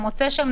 ומוצא שם,